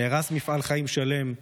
נהרס מפעל חיים שלם.